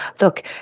look